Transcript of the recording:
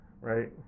right